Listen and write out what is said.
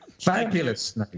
fabulous